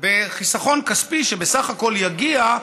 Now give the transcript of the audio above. חיסכון כספי שבסך הכול יגיע,